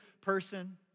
person